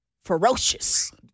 ferocious